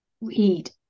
Read